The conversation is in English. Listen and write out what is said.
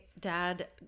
dad